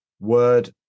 word